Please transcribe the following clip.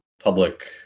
public